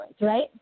right